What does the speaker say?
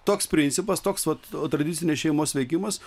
toks principas toks vat tradicinės šeimos veikimas